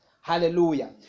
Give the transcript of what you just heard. Hallelujah